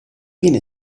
viene